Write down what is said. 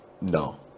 no